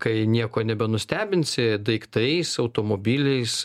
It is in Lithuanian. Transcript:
kai nieko nebenustebinsi daiktais automobiliais